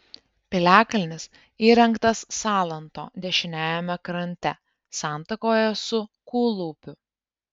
piliakalnis įrengtas salanto dešiniajame krante santakoje su kūlupiu